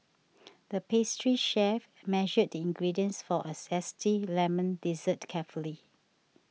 the pastry chef measured the ingredients for a Zesty Lemon Dessert carefully